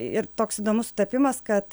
ir ir toks įdomus sutapimas kad